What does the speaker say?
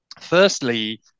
Firstly